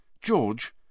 George